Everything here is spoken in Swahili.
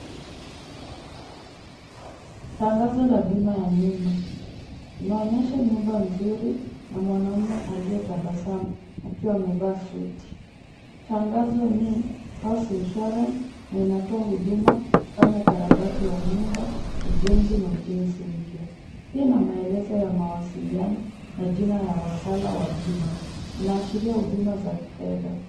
Tangazo la bima ya nyumba. Inaonyesha nyumba nzuri na mwanaume aliyetabasamu akiwa amevaa suti. Tangazo ni house insurance na inatoa huduma kama ukarabati wa nyumba, ujenzi na ujenzi mpya. Pia ina maelezo ya mawasiliano na jina ya wakala wa bima. Inaashiria huduma za kifedha.